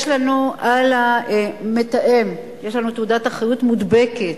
על המתאם יש לנו תעודת אחריות מודבקת.